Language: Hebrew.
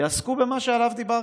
יעסקו במה שעליו דיברתם,